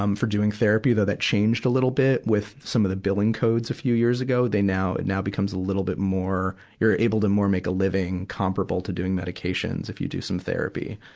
um for doing therapy, though that changed a little bit, with some of the billing codes a few years ago. they now, and now it becomes a little bit more, you're able to more make a living comparable to doing medications if you do some therapy.